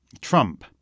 Trump